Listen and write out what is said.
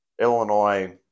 Illinois